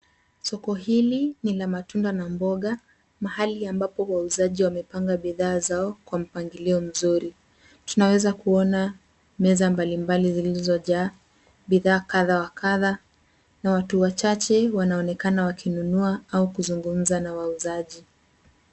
Soko hili ni la matunda na mboga mahali ambapo wauzaji wamepanga bidhaa zao kwa mpangilio mzuri. Tunaweza kuona meza mbalimbali zilizojaa bidhaa kadha wa kadha na watu wachache wanaonekana wakinunua au kuzungumza na wauzaji.